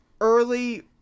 early